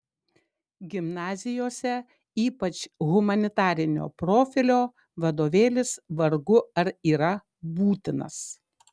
gimnazijose ypač humanitarinio profilio vadovėlis vargu ar yra būtinas